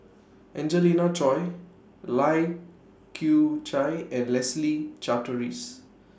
Angelina Choy Lai Kew Chai and Leslie Charteris